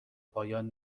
پایان